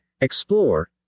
Explore